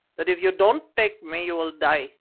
that if you don't take me you will die,